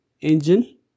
engine